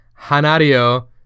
Hanario